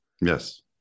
Yes